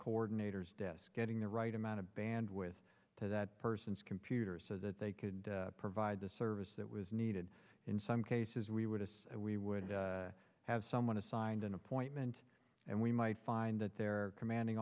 coordinators desk getting the right amount of bandwidth to that person's computer so that they could provide the service that was needed in some cases we would us we would have someone assigned an appointment and we might find that their commanding